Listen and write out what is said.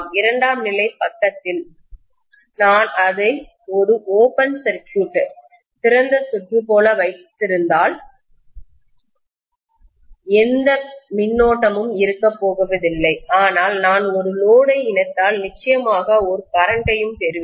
இரண்டாம் நிலை பக்கத்தில் நான் அதை ஒரு ஓபன் சர்க்யூட் திறந்த சுற்று போல வைத்திருந்தால் எந்த கரண்ட்டும்மின்னோட்டமும் இருக்கப்போவதில்லை ஆனால் நான் ஒரு லோடை இணைத்தால் நிச்சயமாக நான் ஒரு கரண்டையும் பெறுவேன்